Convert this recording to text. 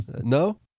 No